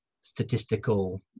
statistical